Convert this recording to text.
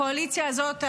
הקואליציה הזאת,